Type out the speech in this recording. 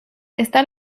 está